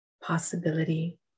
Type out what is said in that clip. Possibility